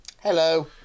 Hello